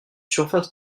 surfaces